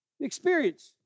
Experience